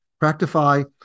Practify